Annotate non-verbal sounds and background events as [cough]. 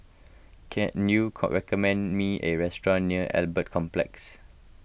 can you [unintelligible] recommend me a restaurant near Albert Complex